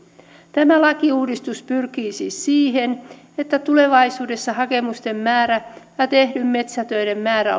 tämä lakiuudistus pyrkii siis siihen että tulevaisuudessa hakemusten määrä ja tehtyjen metsätöiden määrä